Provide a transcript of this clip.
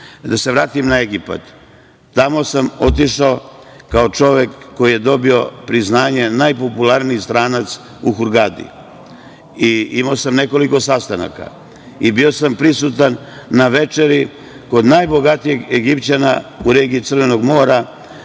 se vratim na Egipat, tamo sam otišao kao čovek koji je dobio priznanje - najpopularniji stranac u Hurgadi. Imao sam nekoliko sastanaka i bio sam prisutan na večeri kod najbogatijeg Egipćanina u regiji Crvenog mora,